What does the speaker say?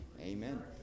Amen